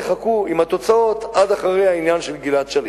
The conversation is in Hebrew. תחכו עם התוצאות עד אחרי העניין של גלעד שליט.